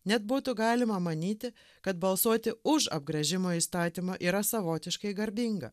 net būtų galima manyti kad balsuoti už apgręžimo įstatymą yra savotiškai garbinga